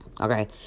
okay